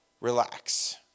relax